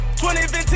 2015